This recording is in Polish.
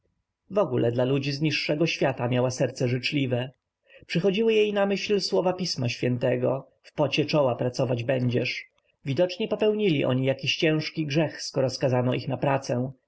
czynu wogóle dla ludzi z niższego świata miała serce życzliwe przychodziły jej na myśl słowa pisma św w pocie czoła pracować będziesz widocznie popełnili oni jakiś ciężki grzech skoro skazano ich na pracę